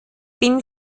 bin